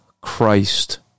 Christ